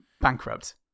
Bankrupt